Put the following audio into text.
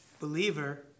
believer